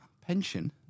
Pension